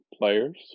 players